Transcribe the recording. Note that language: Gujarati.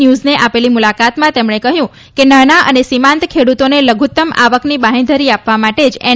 ન્યુઝને આપેલી મુલાકાતમાં તેમણે કહ્યું કે નાના અને સીમાંત ખેડૂતોને લઘુત્તમ આવકની બાંહેધરી આપવા માટે જ એન